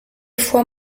fois